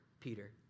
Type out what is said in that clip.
Peter